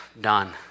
done